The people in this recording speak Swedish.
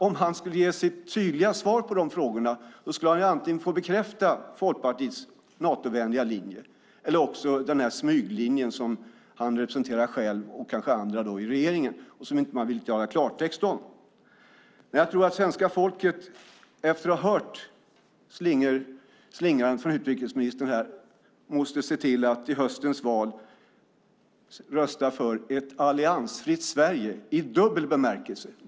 Om han skulle ge sitt tydliga svar på de frågorna skulle han bekräfta antingen Folkpartiets Natovänliga linje eller också smyglinjen, som han själv och kanske andra i regeringen representerar och som man inte vill tala klartext om. Efter utrikesministerns slingrande här måste svenska folket i höstens val se till att rösta för ett alliansfritt Sverige - i dubbel bemärkelse.